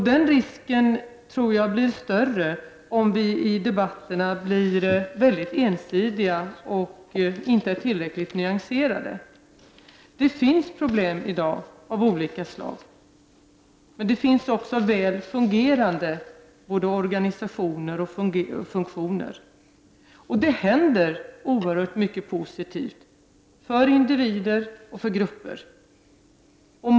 Den risken tror jag blir större om vi i debatterna blir mycket ensidiga och inte tillräckligt nyanserade. Det finns problem i dag av olika slag, men det finns också väl fungerande organisationer och funktioner. Det händer också oerhört mycket positivt för individer och grupper.